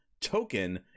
token